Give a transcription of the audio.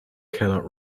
cannot